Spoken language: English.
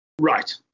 Right